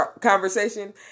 conversation